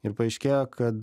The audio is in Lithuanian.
ir paaiškėjo kad